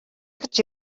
гэж